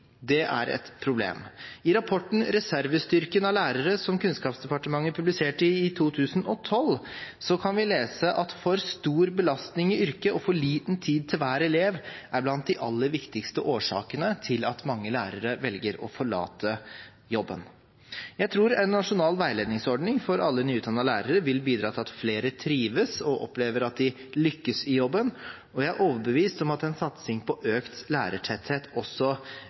Det er et problem. I rapporten ««Reservestyrken» av lærere», som Kunnskapsdepartementet publiserte i 2012, kan vi lese at for stor belastning i yrket og for liten tid til hver elev er blant de aller viktigste årsakene til at mange lærere velger å forlate jobben. Jeg tror en nasjonal veiledningsordning for alle nyutdannede lærere ville bidra til at flere trivdes og opplevde at de lyktes i jobben, og jeg er overbevist om at en satsing på økt lærertetthet ville bidra til å hindre lekkasjen og også